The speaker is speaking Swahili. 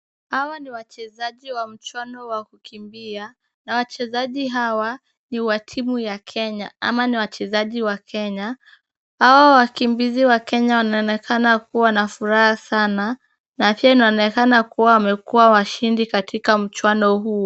Hawa ni wachezaji wa mchwano wa kukimbia na wachezaji hawa ni wa timu ya Kenya ama ni wachezaji wa Kenya. Hawa wakimbizi wa Kenya wanaonekana kuwa na furaha sana na pia inaonekana kuwa wamekuwa washindi katika mchwano huu.